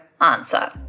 answer